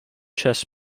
chess